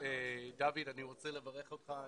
דוד, אני רוצה לברך אותך.